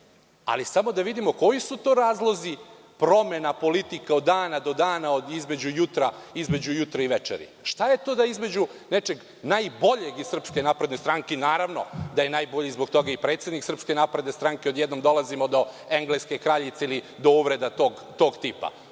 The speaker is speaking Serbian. ali samo da vidimo koji su to razlozi promena politika od dana do dana, između jutra i večeri. Šta je to da između nečeg najboljeg iz SNS, naravno da je najbolji zbog toga i predsednik SNS, odjednom dolazimo do engleske kraljice ili do uvreda tog tipa?